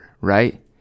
right